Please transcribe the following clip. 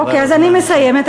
אוקיי, אז אני מסיימת.